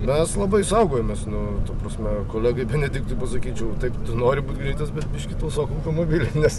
mes labai saugojomės nu ta prasme kolegai benediktui pasakyčiau taip nori būt greitas bet biškį tausok automo nes